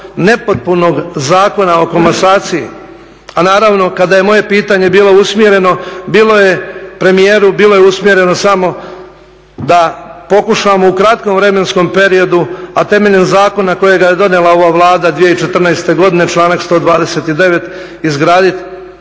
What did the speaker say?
nepotpunog Zakona o komasaciji? A naravno kada je moje pitanje bilo usmjereno premijeru bilo je usmjereno samo da pokušamo u kratkom vremenskom periodu, a temeljem zakona kojega je donijela ova Vlada 2014.godine članak 129.izgraditi